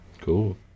cool